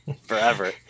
Forever